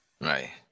right